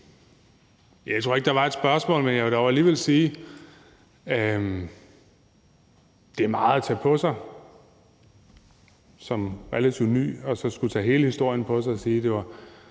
Jeg tror ikke, der var et spørgsmål, men jeg vil dog alligevel sige, at det er meget at tage på sig som relativt ny, altså at skulle tage hele historien på sig og sige: Det var